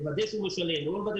לוודא שהוא משלם וכולו.